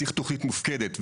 צריך תוכנית מופקדת,